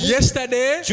Yesterday